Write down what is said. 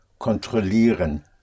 kontrollieren